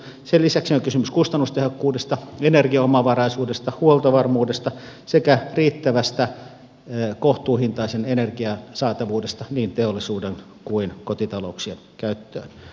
sen lisäksi on kysymys kustannustehokkuudesta energiaomavaraisuudesta huoltovarmuudesta sekä riittävästä kohtuuhintaisen energian saatavuudesta niin teollisuuden kuin kotitalouksien käyttöön